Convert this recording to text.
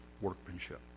workmanship